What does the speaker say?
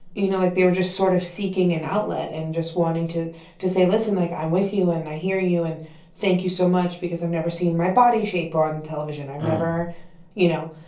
you know. like, they were just sort of seeking an outlet and just wanting to to say listen, like, i'm with you and i hear you and thank you so much because i've never seen my body shape on television, i've never you know.